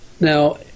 Now